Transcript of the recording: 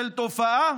של תופעה